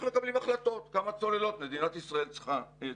מקבלים החלטות כמה צוללות מדינת ישראל צריכה.